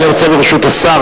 ברשות השר,